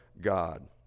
God